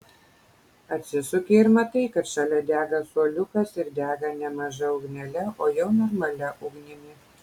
atsisuki ir matai kad šalia dega suoliukas ir dega ne maža ugnele o jau normalia ugnimi